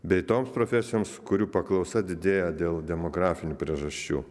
bei toms profesijoms kurių paklausa didėja dėl demografinių priežasčių